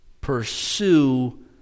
Pursue